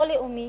לא לאומי